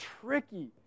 tricky